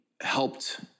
helped